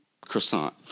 croissant